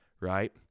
right